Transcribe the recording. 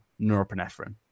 norepinephrine